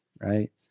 right